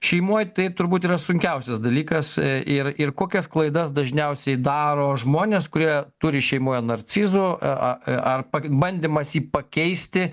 šeimoj tai turbūt yra sunkiausias dalykas ir ir kokias klaidas dažniausiai daro žmonės kurie turi šeimoje narcizų a a ar pa bandymas jį pakeisti